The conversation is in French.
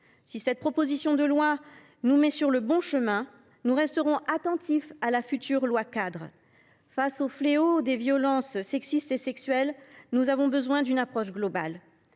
Si cette proposition de loi nous met sur le bon chemin, nous resterons attentifs à la présentation d’un futur projet de loi cadre. Face au fléau des violences sexistes et sexuelles, nous devons avoir une approche globale.